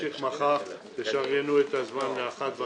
נמשיך מחר, תשריינו את הזמן מ-13:30 וביום שני.